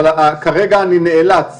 אבל כרגע אני נאלץ